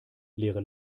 leere